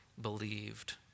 believed